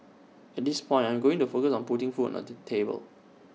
at this point I am going to focus on putting food on the table